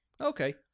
Okay